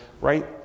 right